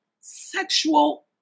sexual